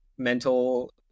mental